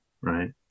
right